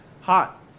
Hot